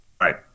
right